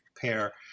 pair